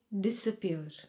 disappear